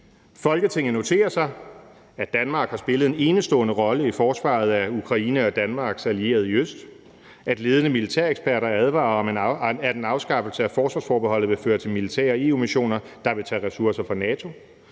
»Folketinget noterer sig - at NATO har spillet en enestående rolle i forsvaret af Ukraine og Danmarks allierede i øst, - at ledende militæreksperter advarer om, at en afskaffelse af forsvarsforbeholdet vil føre til militære EU-missioner, der vil tage ressourcer fra NATO,